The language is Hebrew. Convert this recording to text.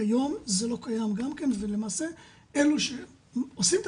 כיום זה לא קיים גם כן ולמעשה אלה שעושים את